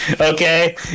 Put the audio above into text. Okay